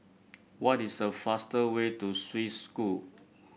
what is the fastest way to Swiss School